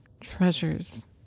treasures